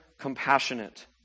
compassionate